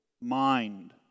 mind